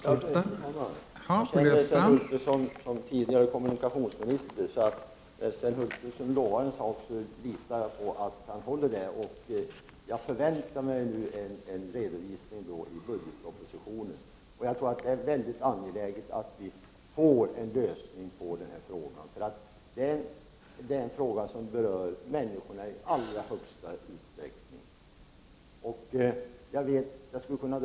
Fru talman! Jag känner Sven Hulterström alltsedan hans tid som kommunikationsminister. När Sven Hulterström lovar en sak litar jag på att han också håller sitt löfte. Med anledning av gjorda uttalanden förväntar jag mig alltså en redovisning i samband med budgetpropositionen. Jag tror att det är väldigt angeläget att få en lösning till stånd i den här frågan. Det är nog en sak som i allra högsta grad berör människorna.